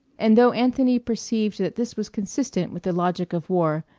and though anthony perceived that this was consistent with the logic of war,